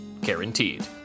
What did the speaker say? Guaranteed